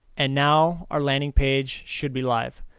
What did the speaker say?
and now our landing page should be live.